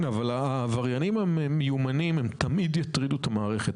אבל העבריינים המיומנים תמיד יטרידו את המערכת.